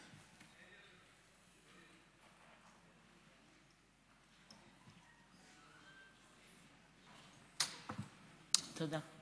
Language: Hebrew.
תודה.